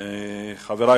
אין.